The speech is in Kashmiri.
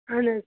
اہن حظ